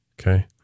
Okay